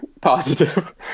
positive